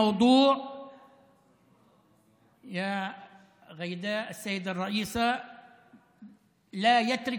המפיקים תועלת מהחוק הזה שאוסר שלילת רישיון לחייבים,